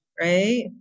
right